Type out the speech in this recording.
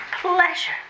pleasure